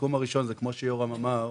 השיקום הראשון, זה כמו שיורם אמר,